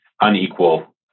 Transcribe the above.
unequal